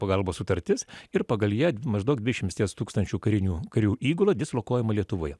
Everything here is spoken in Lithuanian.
pagalbos sutartis ir pagal ją maždaug dvidešimties tūkstančių karinių karių įgula dislokuojama lietuvoje